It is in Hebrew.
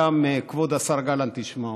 גם כבוד השר גלנט ישמע אותו,